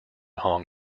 hong